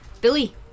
billy